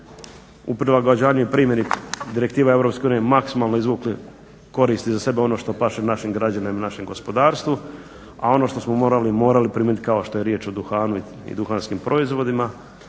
u prilagođavanju i primjeni direktive EU maksimalno izvukli koristi za sebe ono što paše našim građanima, našem gospodarstvu, a ono što smo morali primijeniti kao što je riječ o duhanu i duhanskim proizvodima